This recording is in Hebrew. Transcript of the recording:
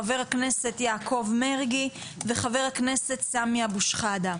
חה"כ יעקב מרגי וחה"כ סמי אבו-שחאדה.